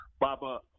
Baba